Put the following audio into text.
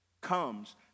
comes